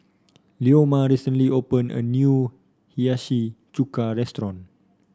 Leoma recently opened a new Hiyashi Chuka restaurant